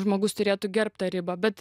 žmogus turėtų gerbt tą ribą bet